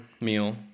meal